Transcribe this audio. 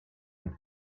sie